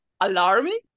alarming